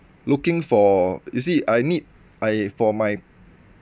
looking for you see I need I for my